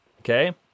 okay